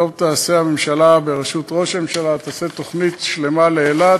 טוב תעשה הממשלה בראשות ראש הממשלה אם תעשה תוכנית שלמה לאילת,